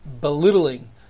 belittling